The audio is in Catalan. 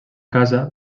casa